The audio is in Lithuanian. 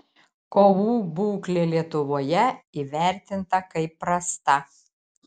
kovų būklė lietuvoje įvertinta kaip prasta